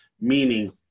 meaning